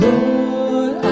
Lord